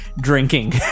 drinking